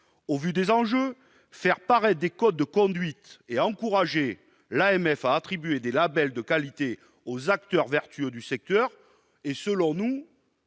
Au vu des enjeux, faire paraître des codes de conduite et encourager l'AMF à attribuer des labels de qualité aux acteurs vertueux du secteur est, pour notre